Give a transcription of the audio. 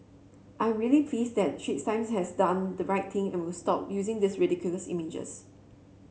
I'm really pleased that Straits Times has done the right thing and will stop using these ridiculous images